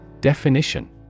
Definition